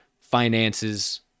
finances